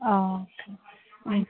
ആ ഓക്കെ ഉം